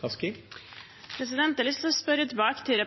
Hva er det